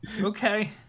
okay